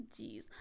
jeez